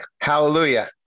Hallelujah